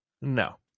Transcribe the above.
no